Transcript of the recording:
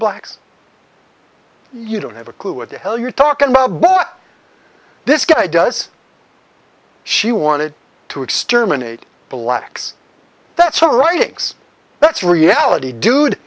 blacks you don't have a clue what the hell you're talking about but this guy does she wanted to exterminate blacks that's all writings that's reality dude